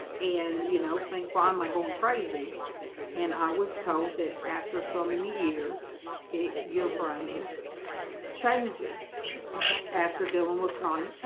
and you know think why am i going crazy and i was told that after so many years your brain changes after villain with chronic,